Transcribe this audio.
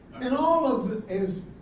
and all of that is.